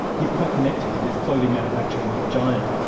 he is quite connected with this clothing manufacturing giant.